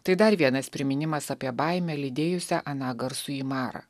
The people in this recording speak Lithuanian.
tai dar vienas priminimas apie baimę lydėjusią aną garsųjį marą